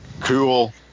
Cool